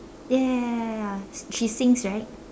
ya ya ya ya ya she sings right